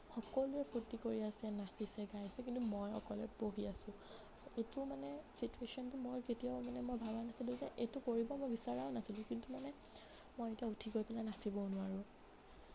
সকলোৱে ফূৰ্তি কৰি আছে নাচিছে গাইছে কিন্তু মই অকলে বহি আছোঁ এইটো মানে চিটুয়েশ্যনটো মই কেতিয়াও মানে ভবা নাছিলোঁ যে এইটো কৰিব মই বিচৰাও নাছিলোঁ কিন্তু মানে মই এতিয়া উঠি গৈ পেলাই নাচিবও নোৱাৰোঁ